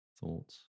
thoughts